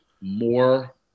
more